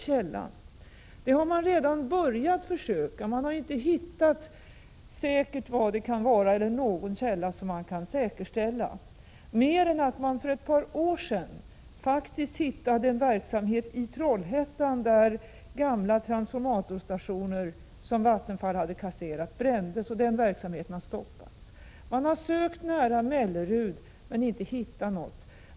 Försök har redan påbörjats, men någon källa har inte kunnat säkerställas. För ett par år sedan fann man emellertid en verksamhet i Trollhättan som brände gamla transformatorstationer, vilka Vattenfall hade kasserat. Den verksamheten har stoppats. Man har sökt nära Mellerud men inte hittat något.